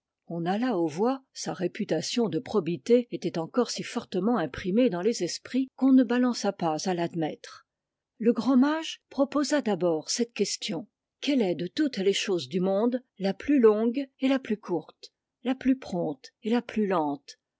on alla aux voix sa réputation de probité était encore si fortement imprimée dans les esprits qu'on ne balança pas à l'admettre le grand mage proposa d'abord cette question quelle est de toutes les choses du monde la plus longue et la plus courte la plus prompte et la plus lente